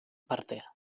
partea